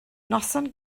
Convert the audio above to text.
noson